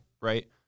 right